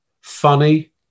funny